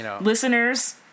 listeners